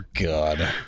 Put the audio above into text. God